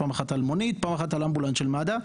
פעם אחת על מונית ופעם אחת על אמבולנס של מד"א,